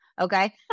Okay